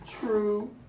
True